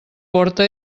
porta